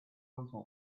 sensual